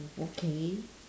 okay